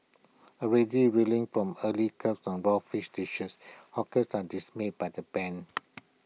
already reeling from earlier curbs on raw fish dishes hawkers are dismayed by the ban